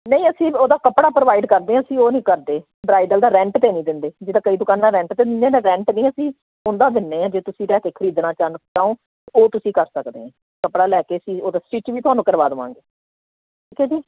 ਨਹੀਂ ਅਸੀਂ ਉਹਦਾ ਕੱਪੜਾ ਪ੍ਰੋਵਾਈਡ ਕਰਦੇ ਹਾਂ ਅਸੀਂ ਉਹ ਨਹੀਂ ਕਰਦੇ ਬਰਾਈਡਲ ਦਾ ਰੈਂਟ 'ਤੇ ਨਹੀਂ ਦਿੰਦੇ ਜਿੱਦਾਂ ਕਈ ਦੁਕਾਨਾਂ ਰੈਂਟ 'ਤੇ ਦਿੰਦੇ ਨੇ ਰੈਂਟ ਨਹੀਂ ਅਸੀਂ ਉੱਦਾ ਦਿੰਦੇ ਹਾਂ ਜੇ ਤੁਸੀਂ ਵੈਸੇ ਖਰੀਦਣਾ ਚਾਹੁੰਦੇ ਹੋ ਉਹ ਤੁਸੀਂ ਕਰ ਸਕਦੇ ਕੱਪੜਾ ਲੈ ਕੇ ਸੀ ਉਹ ਦਾ ਸਟਿੱਚ ਵੀ ਤੁਹਾਨੂੰ ਕਰਵਾ ਦੇਵਾਂਗੇ ਠੀਕ ਹੈ ਜੀ